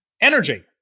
energy